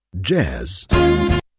Jazz